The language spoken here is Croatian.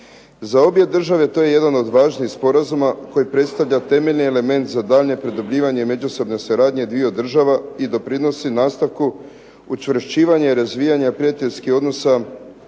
Za obje države to je jedan od važnijih sporazuma koji predstavlja temeljni element za daljnje produbljivanje i međusobnu suradnju dviju država i doprinosi nastavku učvršćivanja i razvijanja prijateljskih odnosa